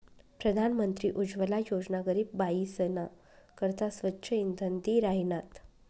प्रधानमंत्री उज्वला योजना गरीब बायीसना करता स्वच्छ इंधन दि राहिनात